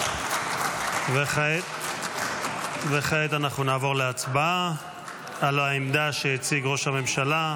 כעת אנחנו נעבור להצבעה על העמדה שהציג ראש הממשלה.